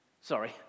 Sorry